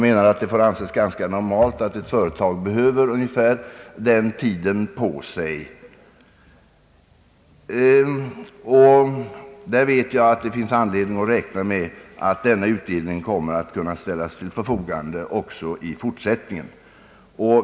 Det får anses ganska normalt att ett företag behöver den tiden på sig för att kunna lämna utdelning. Jag vet också att det finns anledning att räkna med att utdelning kommer att kunna lämnas i fortsättningen.